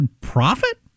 profit